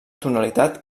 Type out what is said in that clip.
tonalitat